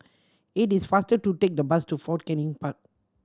it is faster to take the bus to Fort Canning Park